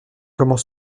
comment